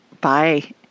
Bye